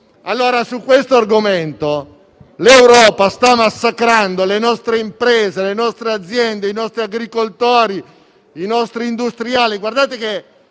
negativa. Su questo argomento l'Europa sta massacrando le nostre imprese, le nostre aziende, i nostri agricoltori, i nostri industriali. Noi stiamo